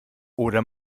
oder